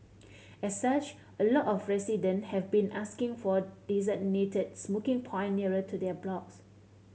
as such a lot of resident have been asking for designated smoking point nearer to their blocks